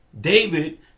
David